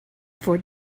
for